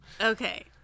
Okay